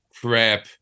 crap